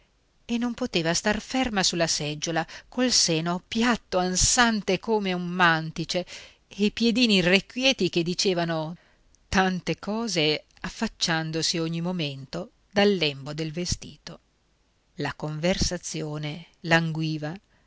e non poteva star ferma sulla seggiola col seno piatto ansante come un mantice e i piedini irrequieti che dicevano tante cose affacciandosi ogni momento dal lembo del vestito la conversazione languiva